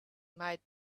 might